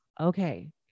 okay